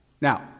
Now